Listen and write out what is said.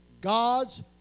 God's